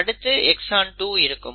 அடுத்து எக்ஸான் 2 இருக்கும்